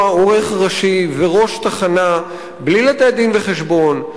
עורך ראשי וראש תחנה בלי לתת דין-וחשבון,